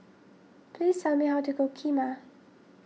please tell me how to cook Kheema